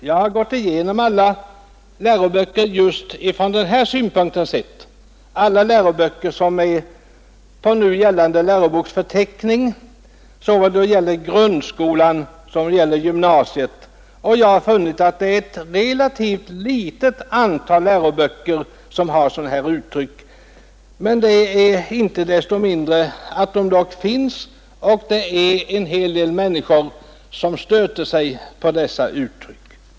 Jag har gått igenom alla läroböcker som står på den nu gällande läroboksförteckningen — såväl på grundskolans stadium som på gymnasiet — och haft just dessa synpunkter i tankarna. Jag har funnit att det är ett relativt litet antal läroböcker som visar upp dylika uttryck. Men de finns likväl, och det är en hel del människor som stöter sig på dessa uttryck.